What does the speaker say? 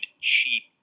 cheap